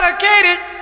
dedicated